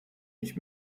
ich